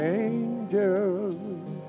angels